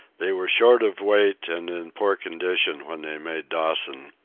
they were short of weight and in poor condition when they made dawson,